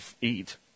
eat